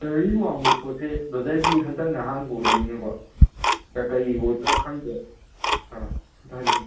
calorie ꯋꯥꯡꯕ ꯄꯣꯠꯁꯦ brother ꯑꯩꯗꯤ ꯍꯟꯗꯛꯅ ꯑꯍꯥꯟꯕ ꯑꯣꯏꯗꯣꯏꯅꯤꯅꯀꯣ ꯀꯔꯤ ꯑꯣꯏꯗꯣꯏꯅꯣ ꯈꯪꯗꯦ ꯑꯥ ꯑꯝꯇ ꯍꯥꯏꯕꯤꯔꯛꯑꯣꯅꯦ